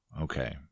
Okay